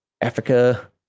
Africa